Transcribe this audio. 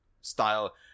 style